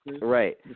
Right